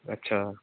ਅੱਛਾ